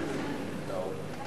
אדוני